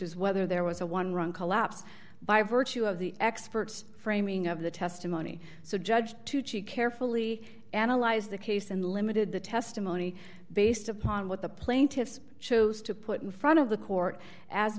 is whether there was a one run collapse by virtue of the experts framing of the testimony so judge tucci carefully analyzed the case and limited the testimony based upon what the plaintiffs chose to put in front of the court as